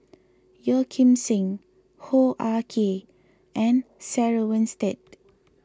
Yeo Kim Seng Hoo Ah Kay and Sarah Winstedt